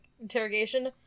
interrogation